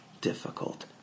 difficult